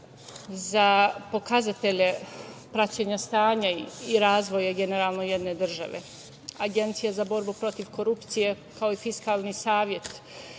za pokazatelje praćenja stanja i razvoja generalno jedne države. Agencija za borbu protiv korupcije, kao i Fiskalni savet,